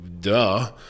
duh